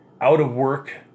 out-of-work